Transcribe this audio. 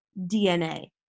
DNA